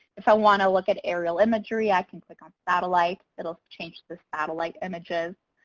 if i want to look at aerial imagery, i can click on satellite. it'll change the satellite images.